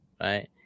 Right